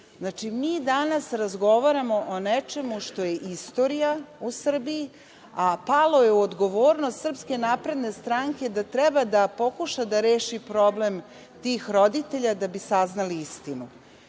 temi. Mi danas razgovaramo o nečemu što je istorija u Srbiji, a palo je u odgovornost SNS da treba da pokuša da reši problem tih roditelja da bi saznali istinu.